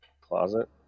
closet